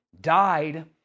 died